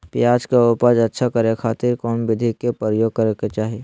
प्याज के उपज अच्छा करे खातिर कौन विधि के प्रयोग करे के चाही?